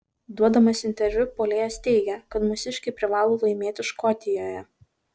duodamas interviu puolėjas teigė kad mūsiškiai privalo laimėti škotijoje